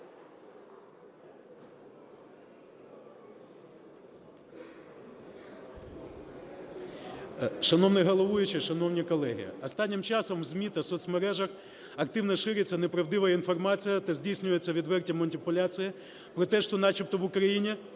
Шановний головуючий, шановні колеги, останнім часом в ЗМІ та соцмережах активно шириться неправдива інформація та здійснюються відверті маніпуляції про те, що начебто в Україні